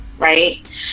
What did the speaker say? Right